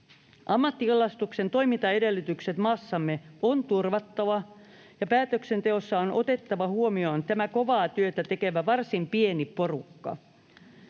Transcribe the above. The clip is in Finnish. Ammattikalastuksen toimintaedellytykset maassamme on turvattava, ja päätöksenteossa on otettava huomioon tämä kovaa työtä tekevä varsin pieni porukka.